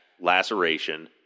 laceration